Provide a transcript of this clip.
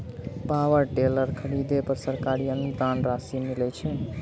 Power tiller खरीदे पर सरकारी अनुदान राशि मिलय छैय?